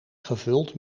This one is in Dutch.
gevuld